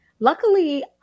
Luckily